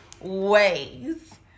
ways